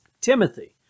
Timothy